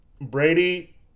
Brady